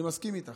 אני מסכים איתך.